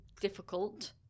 difficult